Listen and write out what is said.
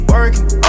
Working